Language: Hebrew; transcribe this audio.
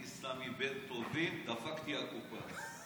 "אני סמי בן טובים, דפקתי הקופה".